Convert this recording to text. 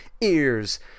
ears